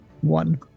One